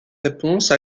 réponse